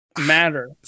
matter